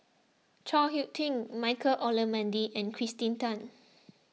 Chao Hick Tin Michael Olcomendy and Kirsten Tan